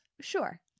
sure